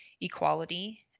equality